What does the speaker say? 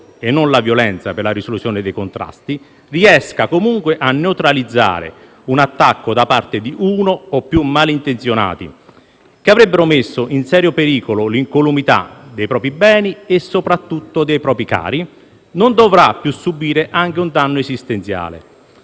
e non la violenza per la risoluzione dei contrasti, riesca comunque a neutralizzare un attacco da parte di uno o più malintenzionati, che avrebbero messo in serio pericolo l'incolumità dei propri beni e soprattutto dei propri cari, non dovrà più subire anche un danno esistenziale,